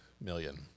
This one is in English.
million